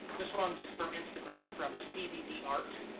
this one's from instagram, from stevie b. art.